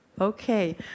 Okay